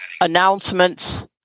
announcements